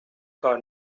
کار